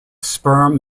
sperm